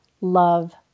love